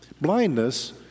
Blindness